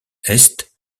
est